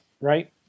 right